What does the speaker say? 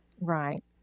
Right